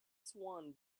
swan